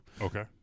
Okay